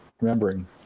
remembering